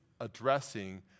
addressing